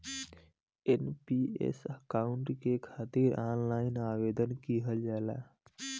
NPS account के खातिर online आवेदन किहल जाला